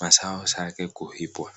mazao yake kuibwa.